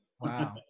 Wow